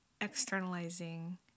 externalizing